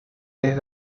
les